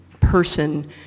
person